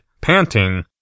panting